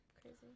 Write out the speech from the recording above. Crazy